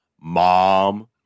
Mom